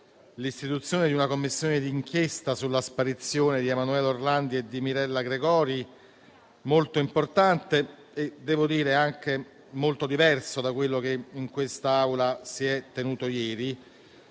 l'istituzione di una Commissione di inchiesta sulla sparizione di Emanuela Orlandi e di Mirella Gregori, molto importante e anche molto diverso da quello che in quest'Aula si è tenuto ieri.